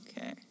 Okay